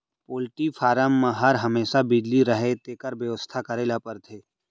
poultry farm म हर हमेसा बिजली रहय तेकर बेवस्था करे ल परथे